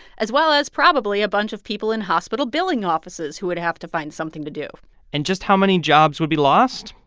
as well as probably a bunch of people in hospital billing offices who would have to find something to do and just how many jobs would be lost?